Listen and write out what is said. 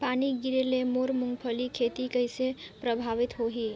पानी गिरे ले मोर मुंगफली खेती कइसे प्रभावित होही?